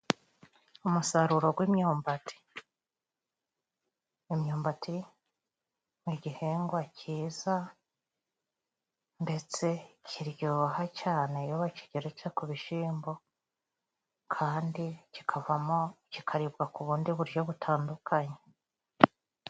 Umusaruro gw'imyumbati; imyumbati ni igihingwa cyiza ndetse kiryoha cyane iyo bakigeretse ku bishyimbo kandi kikavamo kikaribwa ku bundi buryo butandukanye.